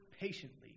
patiently